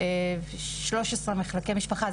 13 מחלקי משפחה.